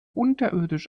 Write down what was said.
unterirdisch